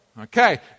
Okay